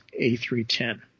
A310